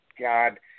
God